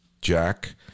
Jack